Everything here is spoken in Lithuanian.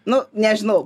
nu nežinau